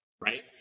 right